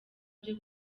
byo